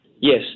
Yes